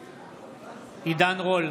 בעד עידן רול,